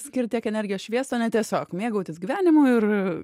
skirt tiek energijos šviest o ne tiesiog mėgautis gyvenimu ir